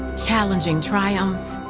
challenging triumphs,